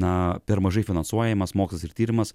na per mažai finansuojamas mokslas ir tyrimas